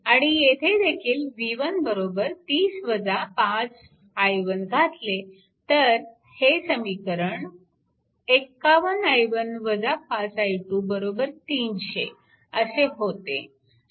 आणि येथे देखील v1 30 5i1 घातले तर हे समीकरण 51 i1 5 i2 300 असे होते